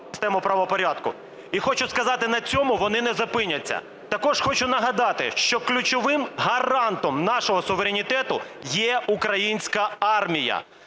систему правопорядку, і хочу сказати, на цьому вони не зупиняться. Також хочу нагадати, що ключовим гарантом нашого суверенітету є українська армія.